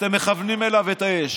אתם מכוונים אליו את האש.